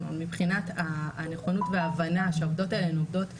מבחינת הנכונות וההבנה שהעובדות האלה הן עובדות חינוך,